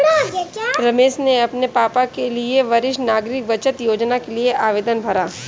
रमेश ने अपने पापा के लिए वरिष्ठ नागरिक बचत योजना के लिए आवेदन भरा